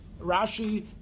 Rashi